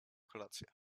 kolację